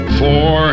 four